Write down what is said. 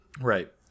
right